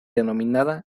denominada